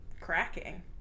cracking